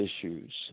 issues